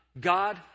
God